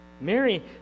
Mary